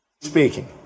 speaking